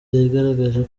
yagaragaje